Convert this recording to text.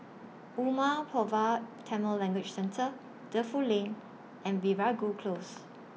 Umar Pulavar Tamil Language Centre Defu Lane and Veeragoo Close